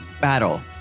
battle